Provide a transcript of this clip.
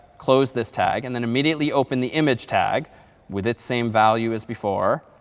close this tag. and then immediately open the image tag with its same value as before.